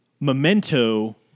memento